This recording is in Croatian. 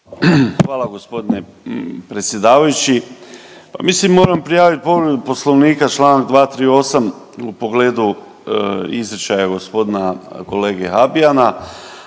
Hvala gospodine predsjedavajući. Mislim moram prijaviti povredu Poslovnika Članak 238. u pogledu izričaja gospodina kolege Habijana,